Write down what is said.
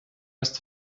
must